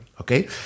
okay